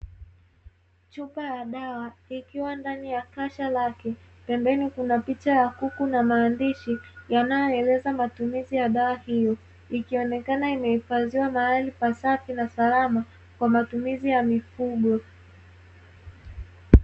Chupa ya dawa ikiwa ndani ya kasha lake pembeni kuna picha ya kuku na maandishi yanayoeleza matumizi ya dawa hiyo, ikionekana imehifadhiwa mahali pasafi na salama kwa matumizi ya mifugo.